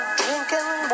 drinking